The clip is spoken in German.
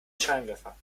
scheinwerfer